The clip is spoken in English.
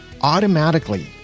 automatically